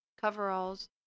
coveralls